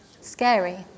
scary